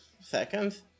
seconds